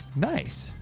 nice.